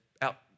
out